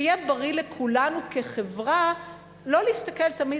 שיהיה בריא לכולנו כחברה לא להסתכל תמיד